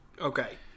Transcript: Okay